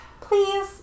Please